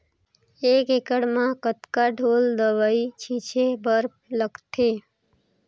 एक एकड़ म कतका ढोल दवई छीचे बर लगथे?